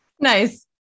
nice